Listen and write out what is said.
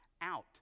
out